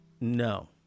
no